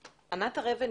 ענת הר אבן